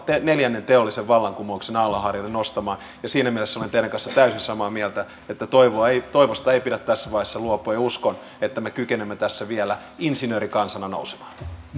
neljännen teollisen vallankumouksen aallonharjalle nostamaan siinä mielessä olen teidän kanssanne täysin samaa mieltä että toivosta ei pidä tässä vaiheessa luopua ja uskon että me kykenemme tässä vielä insinöörikansana nousemaan